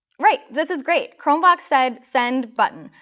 right. this is great. chromevox said, send button.